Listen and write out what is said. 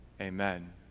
Amen